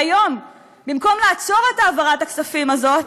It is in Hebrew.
והיום, במקום לעצור את העברת הכספים הזאת,